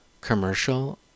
commercial